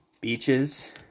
beaches